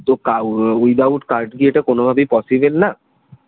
তো কাউ without card কি এটা কোনোভাবেই পসিবেল না